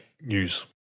news